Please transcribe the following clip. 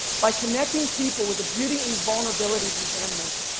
by connecting people with the beauty and vulnerability of these animals,